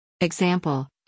Example